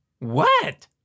What